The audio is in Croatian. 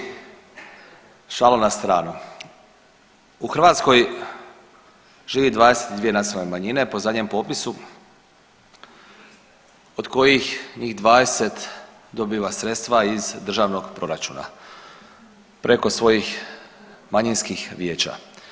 U Hrvatskoj živi 22 nacionalne manjine po zadnjem popisu od kojih njih 20 dobiva sredstva iz državnog proračuna preko svojih manjinskih vijeća.